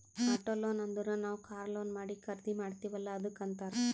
auto loan ಅಂದುರ್ ನಾವ್ car loan ಮಾಡಿ ಖರ್ದಿ ಮಾಡ್ತಿವಿ ಅಲ್ಲಾ ಅದ್ದುಕ್ ಅಂತ್ತಾರ್